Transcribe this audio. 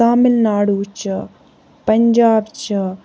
تامِل ناڈوٗ چھِ پَنجاب چھِ